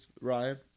Ryan